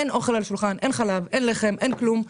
אין אוכל על השולחן, אין חלב, אין לחם, אין כלום.